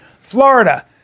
Florida